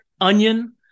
onion